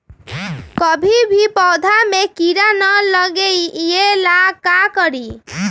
कभी भी पौधा में कीरा न लगे ये ला का करी?